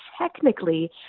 Technically